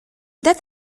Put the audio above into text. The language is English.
that